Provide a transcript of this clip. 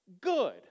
Good